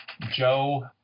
Joe